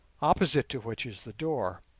opposite to which is the door.